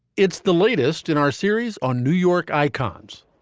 it's the latest in our series on new york icons.